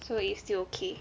so it's still okay